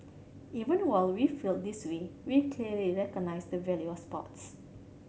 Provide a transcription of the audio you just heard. even while we feel this way we clearly recognise the value of sports